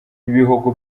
y’ibihugu